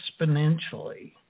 exponentially